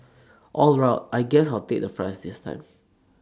all right I guess I'll take the fries this time